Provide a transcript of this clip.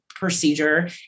procedure